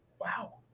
Wow